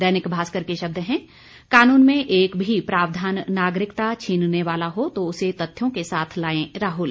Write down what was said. दैनिक भास्कर के शब्द हैं काननू में एक भी प्रावधाना नागरिकता छीनने वाला हो तो उसे तथ्यों के साथ लाएं राहुल